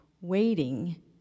waiting